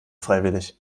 freiwillig